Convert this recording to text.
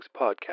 Podcast